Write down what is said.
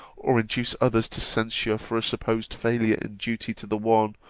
or induce others to censure for a supposed failure in duty to the one,